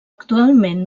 actualment